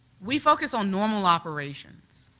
we focus on normal operations,